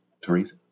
Teresa